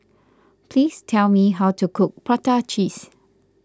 please tell me how to cook Prata Cheese